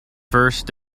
first